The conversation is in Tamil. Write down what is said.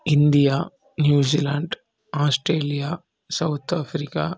India New Zealand Australia South Africa